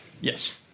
yes